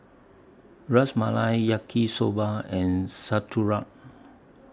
Ras Malai Yaki Soba and Sauerkraut